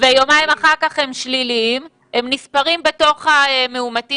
יומיים אחר כך הם שליליים והם נספרים בתוך המאומתים.